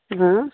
ہاں